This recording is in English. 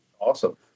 awesome